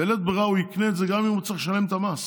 בלית ברירה הוא יקנה את זה גם אם הוא יצטרך לשלם את המס,